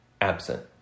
absent